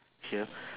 here